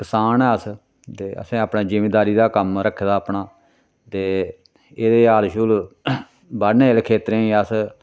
कसान आं अस ते असें अपनी जिमींदारी दा कम्म रक्खे दा अपना ते एह्दे च हल्ल शुल्ल बाह्ने जेह्ड़े खेत्तरें च अस